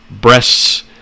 breasts